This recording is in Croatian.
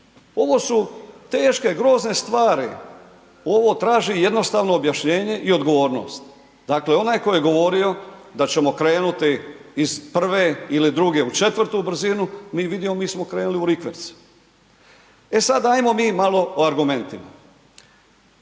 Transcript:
Ovo su teške, grozne stvari, ovo traži jednostavno objašnjenje i odgovornost, dakle, onaj tko je govorio da ćemo krenuti iz prve ili druge u četvrtu brzinu, mi vidimo, mi smo krenuli u rikverc. E sad ajmo mi malo o argumentima